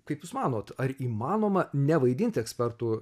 kaip jūs manot ar įmanoma nevaidinti ekspertų